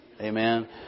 Amen